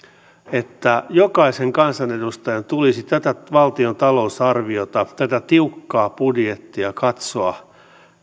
että jokaisen kansanedustajan tulisi tätä valtion talousarviota tätä tiukkaa budjettia katsoa